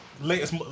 latest